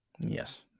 Yes